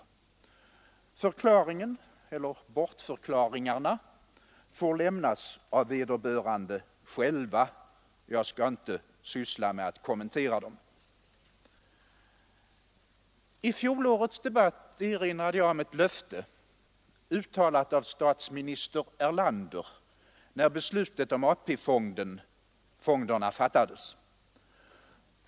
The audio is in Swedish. Förklaringen — eller bortförklaringarna — får lämnas av vederbörande själva. Jag skall inte kommentera dem, I fjolårets debatt erinrade jag om ett löfte uttalat av statsminister Erlander när beslutet om AP-fonderna fattades.